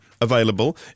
Available